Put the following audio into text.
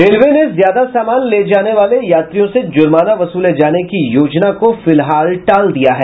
railway ने ज्यादा सामान ले जाने वाले यात्रियों से जुर्माना वसूले जाने की योजना को फिलहाल टाल दिया है